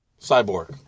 cyborg